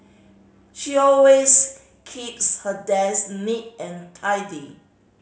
she always keeps her desk neat and tidy